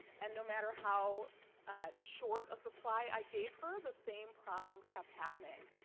and no matter how short a supply i gave her, the same problem kept happening.